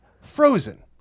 Frozen